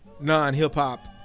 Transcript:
non-hip-hop